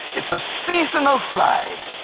it's a season of slide.